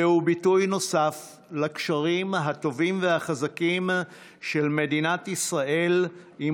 זהו ביטוי נוסף לקשרים הטובים והחזקים של מדינת ישראל עם